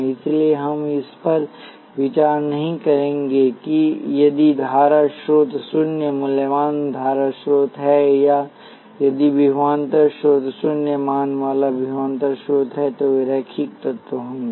इसलिए हम इस पर विचार नहीं करेंगे कि यदि धारा स्रोत शून्य मूल्यवान धारा स्रोत है या यदि विभवांतर स्रोत शून्य मान वाला विभवांतर स्रोत है तो वे रैखिक तत्व होंगे